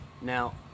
Now